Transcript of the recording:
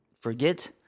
forget